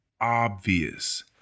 obvious